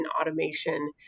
automation